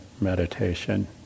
meditation